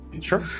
Sure